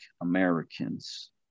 Americans